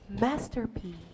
Masterpiece